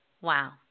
Wow